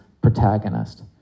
protagonist